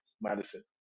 Madison